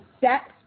set